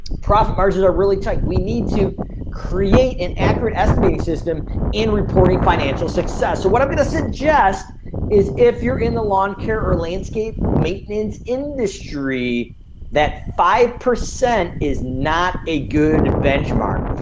profit margins are really tight. we need to create an accurate estimating system and reporting financial success. so what i'm gonna suggest is if you're in the lawn care or landscape maintenance industry that five. is not a good benchmark,